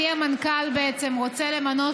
את מי המנכ"ל בעצם רוצה למנות